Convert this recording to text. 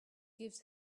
gives